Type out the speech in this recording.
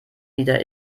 wieder